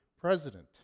president